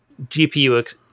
GPU